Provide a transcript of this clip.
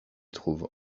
trouve